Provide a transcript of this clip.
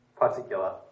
particular